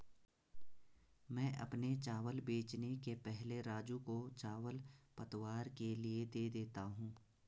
मैं अपने चावल बेचने के पहले राजू को चावल पतवार के लिए दे देता हूं